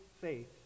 faith